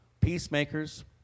peacemakers